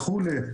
וכולי,